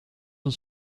een